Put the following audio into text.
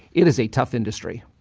it is a tough industry